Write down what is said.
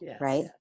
right